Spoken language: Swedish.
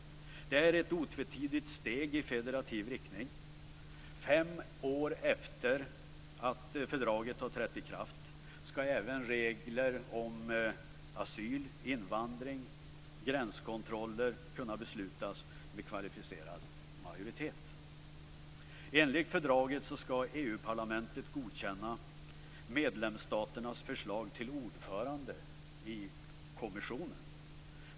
Det är ett otvetydigt steg i federativ riktning. Fem år efter det att fördraget har trätt i kraft skall även regler om asyl, invandring och gränskontroller kunna beslutas med kvalificerad majoritet. Enligt fördraget skall EU-parlamentet godkänna medlemsstaternas förslag till ordförande i kommissionen.